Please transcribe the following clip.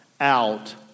out